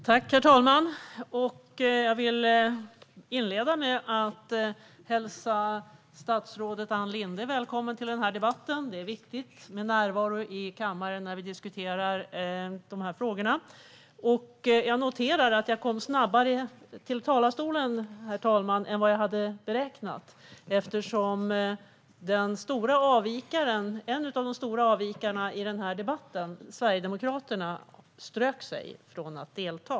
Herr talman! Jag vill inleda med att hälsa statsrådet Ann Linde välkommen till debatten. Det är viktigt med närvaro i kammaren när vi diskuterar de här frågorna. Jag noterar att jag kom snabbare till talarstolen än vad jag hade beräknat, eftersom en av de stora avvikarna i den här debatten, Sverigedemokraterna, strök sig från att delta.